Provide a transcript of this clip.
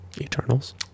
eternals